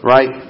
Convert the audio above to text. Right